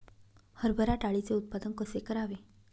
हरभरा डाळीचे उत्पादन कसे करावे?